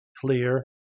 clear